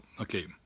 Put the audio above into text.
okay